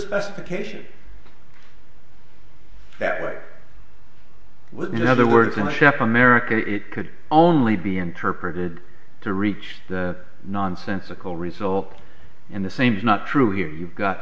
specification that way with other words in a shop america it could only be interpreted to reach a nonsensical result and the same is not true here you've got